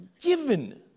given